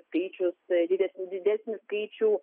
skaičius dides didesnį skaičių